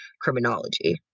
criminology